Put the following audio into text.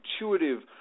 intuitive